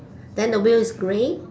then the wheel is grey